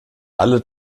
alle